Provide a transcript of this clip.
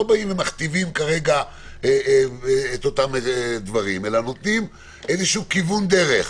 מכתיבים כרגע אותם דברים אלא נותנים כיוון דרך.